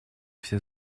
все